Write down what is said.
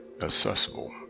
accessible